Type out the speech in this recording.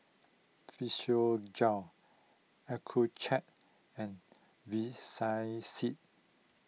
Physiogel Accucheck and